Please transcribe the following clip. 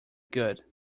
good